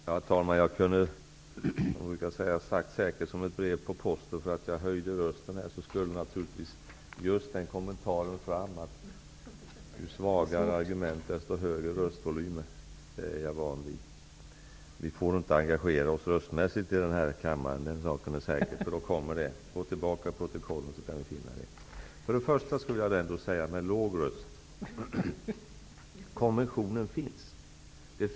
Herr talman! Jag visste, säkert som ett brev på posten, att eftersom jag höjde rösten skulle jag få höra: Ju svagare argument, desto högre röstvolym. Det är jag van vid. Vi får inte engagera oss röstmässigt i den här kammaren -- den saken är säker -- för då får vi höra den kommentaren. Om ni går tillbaka i protokollen skall ni finna att det är så. Jag vill ändå säga, med låg röst, att konventionen finns.